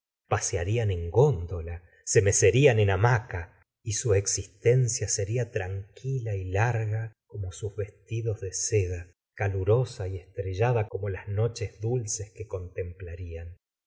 pasearían en góndola se mecerían en hamaca y su existengustavo flaubert cia seria tranquila y larga como sus vestidos de seda calurosa y estrellada como las noches dulces que contemplarían